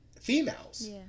females